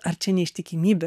ar čia neištikimybė